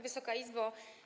Wysoka Izbo!